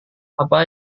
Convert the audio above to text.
apa